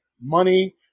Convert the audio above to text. money